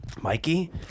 Mikey